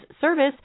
service